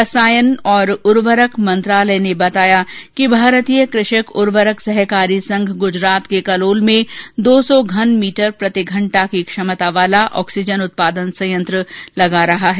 रसायन और उर्वरक मंत्रालय ने बताया कि भारतीय कृषक उर्वरक सहकारी संघ गुजरात के कलोल में दो सौ घनमीटर प्रतिघंटा की क्षमता वाला ऑक्सीजन उत्पादन संयंत्र लगा रहा है